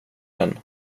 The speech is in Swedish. den